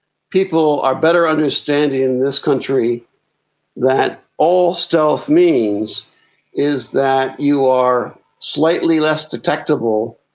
people are better understanding in this country that all stealth means is that you are slightly less detectable